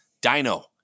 Dino